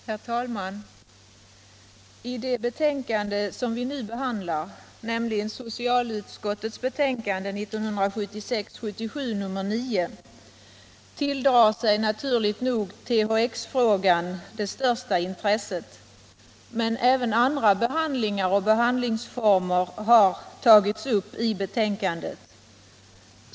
Herr talman! I det betänkande som vi nu behandlar, nämligen socialutskottets betänkande 1976/77:9, tilldrar sig naturligtvis THX-frågan det största intresset, men även andra behandlingar och behandlingsformer har tagits upp i betänkandet.